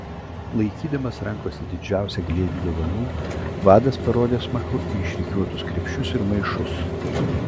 laikydamas rankose didžiausią glėbį dovanų vadas parodė smakru į išrikiuotus krepšius ir maišus